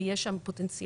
ויש שם פוטנציאל,